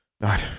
Not